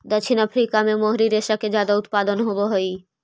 दक्षिण अफ्रीका में मोहरी रेशा के ज्यादा उत्पादन होवऽ हई